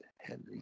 Henry